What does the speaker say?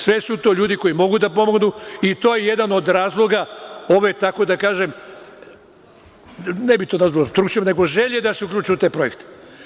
Sve su to ljudi koji mogu da pomognu, i to je jedan od razloga ove tako da kažem, želje da se uključe u te projekte.